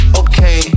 okay